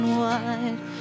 wide